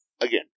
Again